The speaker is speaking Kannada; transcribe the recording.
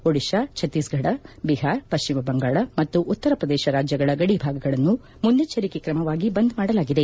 ಒಡಿಶಾ ಛತ್ತೀಸ್ಫಡ್ ಬಿಹಾರ್ ಪಶ್ಚಿಮ ಬಂಗಾಳ ಮತ್ತು ಉತ್ತರ ಪ್ರದೇಶ ರಾಜ್ಯಗಳ ಗಡಿಭಾಗಗಳನ್ನು ಮುನ್ನೆಚ್ಚರಿಕೆ ಕ್ರಮವಾಗಿ ಬಂದ್ ಮಾಡಲಾಗಿದೆ